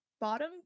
bottom